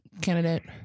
candidate